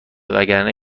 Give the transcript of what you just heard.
وگرنه